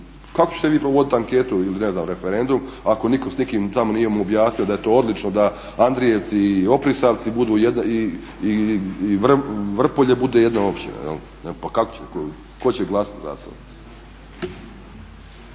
Kako ćete vi provoditi anketu ili ne znam referendum, ako nitko s nikim tamo nije mu objasnio da je to odlično, da Andrijevci i Oprisavci budu, i Vrpolje bude jedna općina. Pa kako će? Tko će glasat za to?